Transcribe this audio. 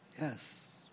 Yes